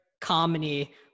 comedy